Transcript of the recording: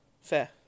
Fair